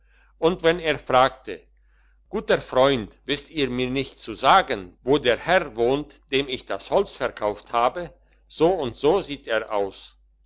und wen er fragte guter freund wisst ihr mir nicht zu sagen wo der herr wohnt dem ich das holz verkauft habe so und so sieht er aus